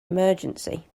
emergency